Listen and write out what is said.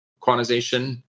quantization